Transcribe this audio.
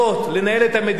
לנהל את המדינה,